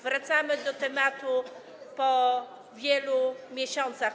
Wracamy do tematu po wielu miesiącach.